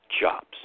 Jobs